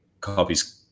copies